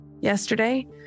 yesterday